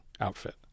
outfit